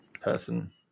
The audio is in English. person